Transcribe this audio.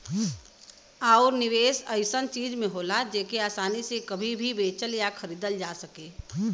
आउर निवेस ऐसन चीज में होला जेके आसानी से कभी भी बेचल या खरीदल जा सके